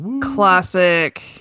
Classic